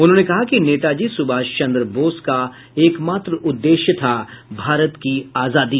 उन्होंने कहा कि नेताजी सुभाष चन्द्र बोस का एक मात्र उद्देश्य था भारत की आजादी